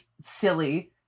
silly